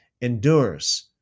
endures